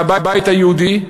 והבית היהודי,